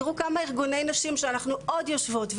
תראו כמה ארגוני נשים שאנחנו עוד יושבות,